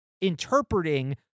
interpreting